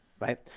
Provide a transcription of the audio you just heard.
right